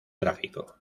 tráfico